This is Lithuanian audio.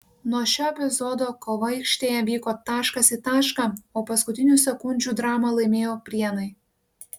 nuo šio epizodo kova aikštėje vyko taškas į tašką o paskutinių sekundžių dramą laimėjo prienai